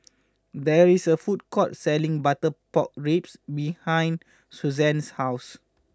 there is a food court selling Butter pork Ribs behind Susann's house